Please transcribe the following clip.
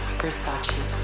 versace